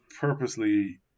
purposely